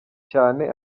cyane